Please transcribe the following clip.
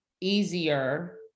easier